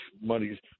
money